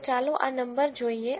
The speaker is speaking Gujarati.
તો ચાલો આ નંબર જોઈએ